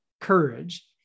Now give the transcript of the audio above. courage